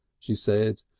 she said,